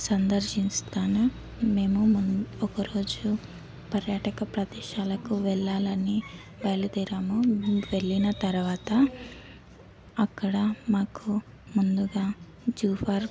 సందర్శిస్తాను మేము ముం ఒక రోజు పర్యాటక ప్రదేశాలకు వెళ్ళాలని బయలుదేరము వెళ్ళిన తరువాత అక్కడ మాకు ముందుగా జూ పార్క్